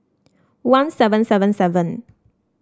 one seven seven seven